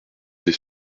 des